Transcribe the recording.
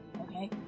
Okay